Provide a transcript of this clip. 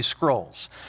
scrolls